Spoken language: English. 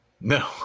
No